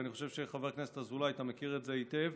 ואני חושב שחבר הכנסת אזולאי מכיר את זה היטב,